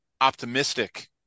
optimistic